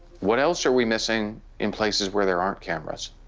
what else are we missing in places where there aren't cameras?